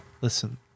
listen